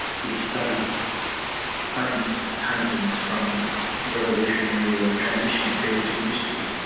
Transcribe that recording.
he had studied famous paintings from revolutionary or transitional periods in history.